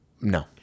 no